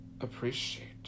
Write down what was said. appreciate